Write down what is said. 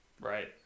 Right